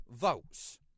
votes